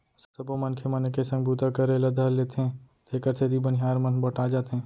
सबो मनखे मन एके संग बूता करे ल धर लेथें तेकर सेती बनिहार मन बँटा जाथें